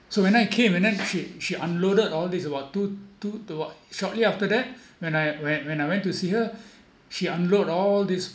so when I came and then she she unloaded all this about to to do what shortly after that when I went when I went to see her she unload all this